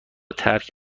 ترک